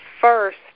first